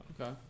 Okay